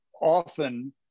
often